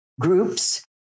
groups